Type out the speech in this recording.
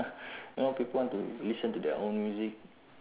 a lot of people want to listen to their own music